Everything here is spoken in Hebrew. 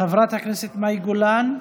חברת הכנסת מאי גולן,